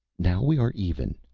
now we are even,